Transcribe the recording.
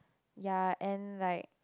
ya and like